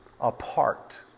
apart